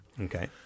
Okay